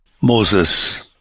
Moses